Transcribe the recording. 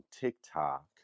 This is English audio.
TikTok